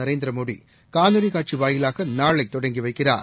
நரேந்திரமோடி காணொலி காட்சி வாயிலாக நாளை தொடங்கி வைக்கிறார்